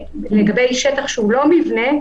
לגבי שטח שאינו מבנה,